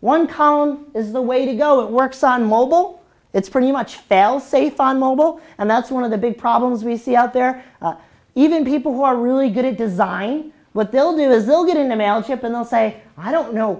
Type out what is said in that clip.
one column is the way to go it works on mobile it's pretty much failsafe on mobile and that's one of the big problems we see out there even people who are really good at design what they'll do is they'll get in the mail ship and they'll say i don't know